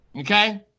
Okay